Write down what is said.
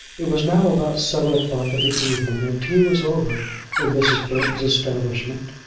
it was now about seven o'clock in the evening, and tea was over in mrs. burton's establishment.